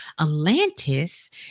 Atlantis